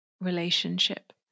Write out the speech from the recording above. relationship